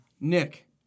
Nick